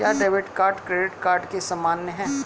क्या debit card credit card के समान है?